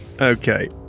Okay